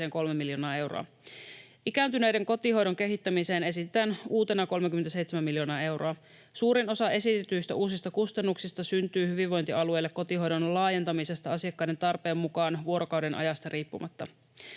miljoonaa euroa. Ikääntyneiden kotihoidon kehittämiseen esitetään uutena 37 miljoonaa euroa. Suurin osa esitetyistä uusista kustannuksista syntyy hyvinvointialueille kotihoidon laajentamisesta asiakkaiden tarpeen mukaan vuorokaudenajasta riippumatta.